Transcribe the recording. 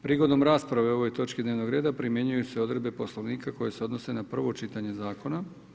Prigodom rasprave o ovoj točki dnevnog reda primjenjuju se odredbe Poslovnika koje se odnose na prvo čitanje zakona.